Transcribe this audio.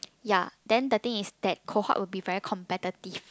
ya then the thing is that cohort will be very competitive